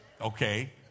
okay